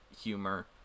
humor